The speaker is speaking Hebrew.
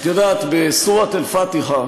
את יודעת, בסורת אל-פאתחה